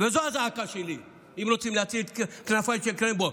זו הזעקה שלי, אם רוצים להציל את כנפיים של קרמבו.